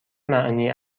معنی